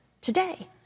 today